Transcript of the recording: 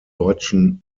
deutschen